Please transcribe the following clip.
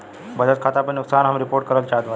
बचत खाता पर नुकसान हम रिपोर्ट करल चाहत बाटी